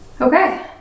Okay